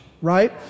Right